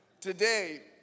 today